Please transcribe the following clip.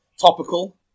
Topical